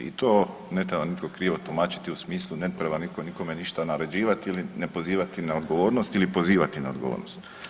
I to ne treba nitko krivo tumačiti u smislu ne treba nitko nikome ništa naređivati ili ne pozivati na odgovornost ili pozivati na odgovornost.